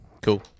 Cool